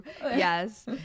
Yes